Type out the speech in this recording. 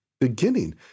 beginning